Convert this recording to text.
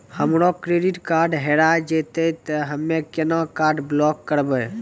हमरो credit card हेरा जेतै ते हम्मय केना कार्ड ब्लॉक करबै?